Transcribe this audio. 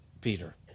Peter